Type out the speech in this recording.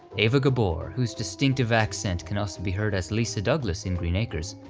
eva gabor, whose distinctive accent can also be heard as lisa douglas in green acres,